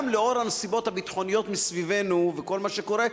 גם לאור הנסיבות הביטחוניות מסביבנו וכל מה שקורה,